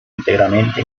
íntegramente